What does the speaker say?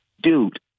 Dude